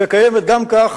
שקיימת גם כך